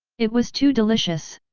it was too delicious!